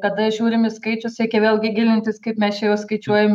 kada žiūrim į skaičius reikia vėlgi gilintis kaip mes čia juos skaičiuojam